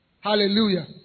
hallelujah